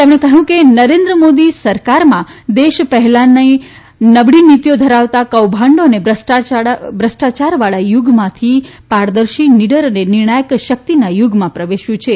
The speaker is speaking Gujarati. તેમણે કહ્યું કે નરેન્દ્ર મોદી સરકારમાં દેશ પહેલાંના નબળી નીતિઓ ધરાવતા કૌભાંડો અને ભ્રષ્ટાચારવાળા યુગમાંથી પારદર્શિ નીડર અને નિર્ણાયક શક્તિના યુગમાં પ્રવેશ્યો છે